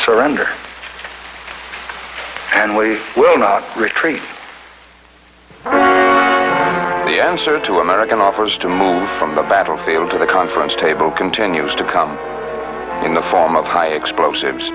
surrender and we will not retreat the answer to american offers to move from the battlefield to the conference table continues to come in the form of high explosives